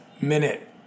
minute